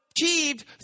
achieved